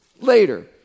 later